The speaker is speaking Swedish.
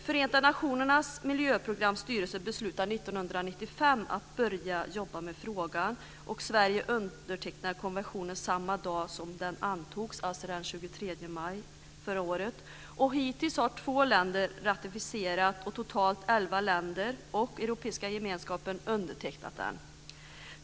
Förenta nationernas miljöprograms styrelse beslutade 1995 att börja jobba med frågan, och Sverige undertecknade konventionen samma dag som den antogs, alltså den 23 maj förra året. Hittills har två länder ratificerat och totalt elva länder, och Europeiska gemenskapen, undertecknat den.